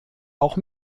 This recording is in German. auch